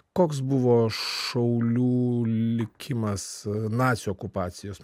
koks buvo šaulių likimas nacių okupacijos